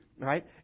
Right